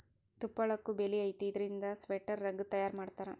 ತುಪ್ಪಳಕ್ಕು ಬೆಲಿ ಐತಿ ಇದರಿಂದ ಸ್ವೆಟರ್, ರಗ್ಗ ತಯಾರ ಮಾಡತಾರ